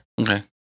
Okay